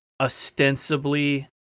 ostensibly